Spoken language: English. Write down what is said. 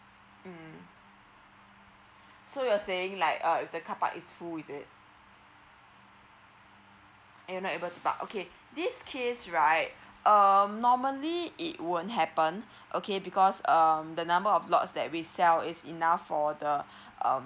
mm so you are saying like uh the car park is full is it and you are not able to park okay this case right um normally it won't happen okay because um the number of lots that we sell is enough for the um